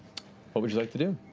what would you like to do?